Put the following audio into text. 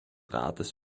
rates